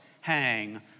hang